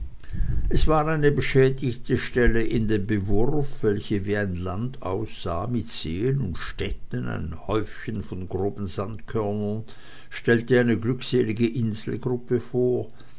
da war eine beschädigte stelle in dem bewurf welche wie ein land aussah mit seen und städten und ein häufchen von groben sandkörnern stellte eine glückselige inselgruppe vor